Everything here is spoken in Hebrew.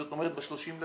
זאת אומרת ב-30.6